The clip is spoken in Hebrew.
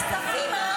ילדים קטנים.